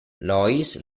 loïs